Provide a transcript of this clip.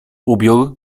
ubiór